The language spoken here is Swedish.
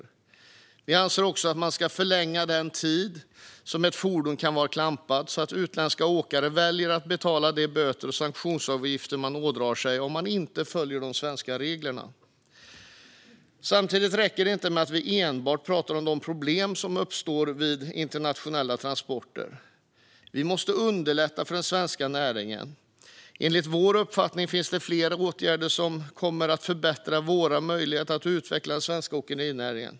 Vi kristdemokrater anser också att man ska förlänga den tid som ett fordon kan vara klampat så att utländska åkare väljer att betala de böter och sanktionsavgifter de ådrar sig om de inte följer de svenska reglerna. Samtidigt räcker det inte med att vi enbart pratar om de problem som uppstår vid internationella transporter. Vi måste underlätta för den svenska näringen. Enligt vår uppfattning finns det flera åtgärder som kommer att förbättra våra möjligheter att utveckla den svenska åkerinäringen.